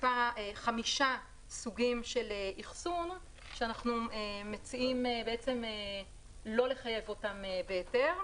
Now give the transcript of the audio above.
פירקנו חמישה סוגים של אחסון שאנחנו מציעים לא לחייב אותם בהיתר.